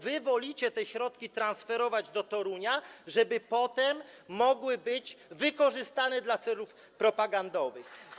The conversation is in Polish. Wy wolicie te środki transferować do Torunia, żeby potem mogły być wykorzystane dla celów propagandowych.